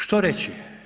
Što reći?